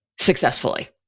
successfully